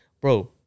Bro